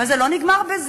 אבל זה לא נגמר בזה.